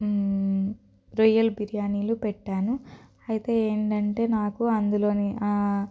రొయ్యల బిర్యానీలు పెట్టాను అయితే ఏంటంటే నాకు అందులోని